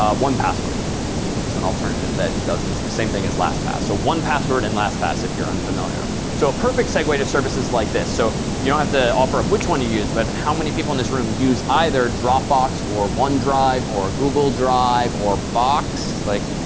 ah one password is an alternative that does the same thing as last pass. so one password and last pass if you're unfamiliar. so a perfect segue to services like this. so you don't have to offer up which one you use, but how many people in this room use either dropbox or one drive or google drive or box. like,